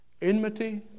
enmity